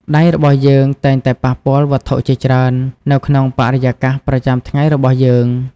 ដៃរបស់យើងតែងតែប៉ះពាល់វត្ថុជាច្រើននៅក្នុងបរិយាកាសប្រចាំថ្ងៃរបស់យើង។